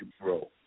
grow